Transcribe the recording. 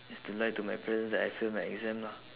is to lie to my parents that I fail my exam lah